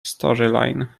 storyline